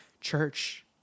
Church